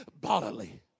bodily